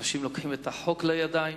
אנשים לוקחים את החוק לידיים